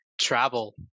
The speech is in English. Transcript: travel